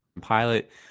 Pilot